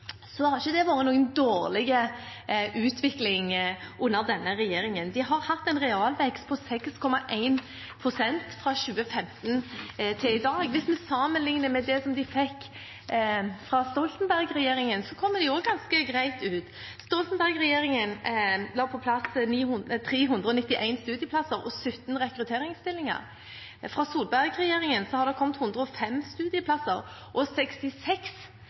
det ikke vært noen dårlig utvikling under denne regjeringen. De har hatt en realvekst på 6,1 pst. fra 2015 til i dag. Hvis vi sammenligner med det de fikk fra Stoltenberg-regjeringen, kommer de også ganske greit ut. Stoltenberg-regjeringen fikk på plass 391 studieplasser og 17 rekrutteringsstillinger. Fra Solberg-regjeringen har det kommet 105 studieplasser og 66